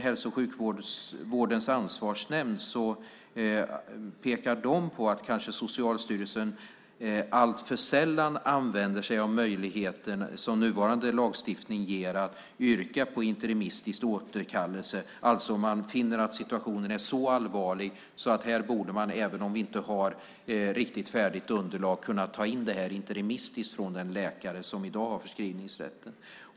Hälso och sjukvårdens ansvarsnämnd pekar vid kontakt på att Socialstyrelsen kanske alltför sällan använder sig av den möjlighet som nuvarande lagstiftning ger, att yrka på interimistisk återkallelse om man finner att situationen är så allvarlig att man, även om vi inte har ett riktigt färdigt underlag, borde kunna dra in rätten interimistiskt från en läkare som i dag har förskrivningsrätt.